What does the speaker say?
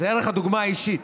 וזה ערך הדוגמה האישית,